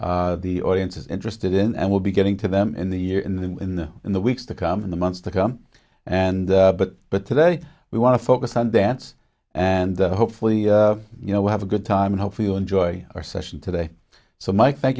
that the audience is interested in and we'll be getting to them in the year in the in the weeks to come in the months to come and but but today we want to focus on dance and hopefully you know have a good time and hopefully you enjoy our session today so mike thank